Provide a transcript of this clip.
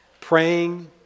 praying